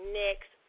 next